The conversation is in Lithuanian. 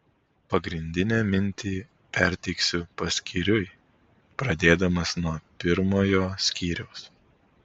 pagrindinę mintį perteiksiu paskyriui pradėdamas nuo pirmojo skyriaus